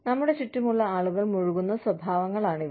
നമ്മുടെ ചുറ്റുമുള്ള ആളുകൾ മുഴുകുന്ന സ്വഭാവങ്ങളാണിവ